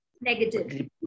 negative